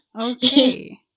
Okay